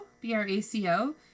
B-R-A-C-O